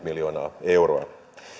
miljoonaa euroa